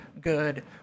good